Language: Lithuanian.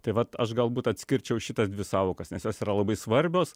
tai vat aš galbūt atskirčiau šitas dvi sąvokas nes jos yra labai svarbios